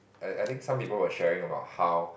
I I think some people were sharing about how